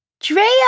Drea